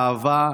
אהבה,